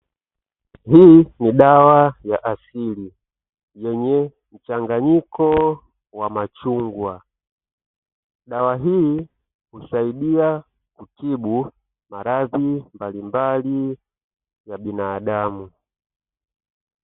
Hii ni dawa ya asili yenye mchanganyiko wa machungwa, dawa hii husaidia kutibu maradhi mbalimbali ya binadamu.